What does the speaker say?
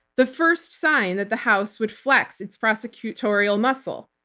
the first sign that the house would flex its prosecutorial muscle?